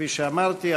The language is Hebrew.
כפי שאמרתי,